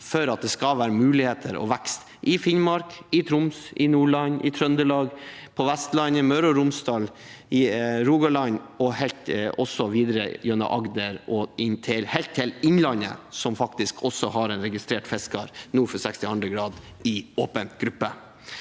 for at det skal være muligheter og vekst i Finnmark, i Troms, i Nordland, i Trøndelag, på Vestlandet, i Møre og Romsdal, i Rogaland, videre gjennom Agder og helt til Innlandet, som faktisk også har en registrert fisker, nord